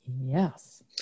Yes